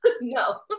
No